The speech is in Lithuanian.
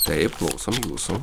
taip klausom jūsų